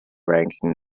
ranking